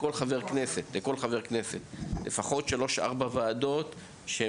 לכל חבר כנסת יש לפחות שלוש או ארבע ועדות במקביל.